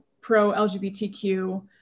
pro-LGBTQ